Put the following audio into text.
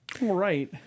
right